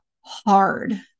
hard